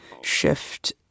shift